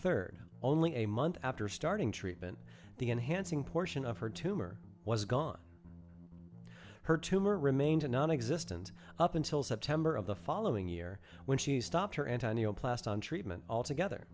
third only a month after starting treatment the enhancing portion of her tumor was gone her tumor remained a nonexistent up until september of the following year when she stopped her antonio plast on treatment all together